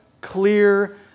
clear